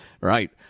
right